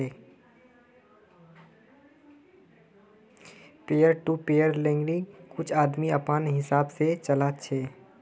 peer to peer लेंडिंग्क कुछ आदमी अपनार हिसाब से चला छे